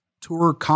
tour